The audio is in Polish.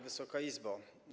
Wysoka Izbo!